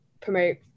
promote